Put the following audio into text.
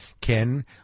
Ken